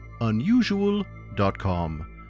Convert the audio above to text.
unusual.com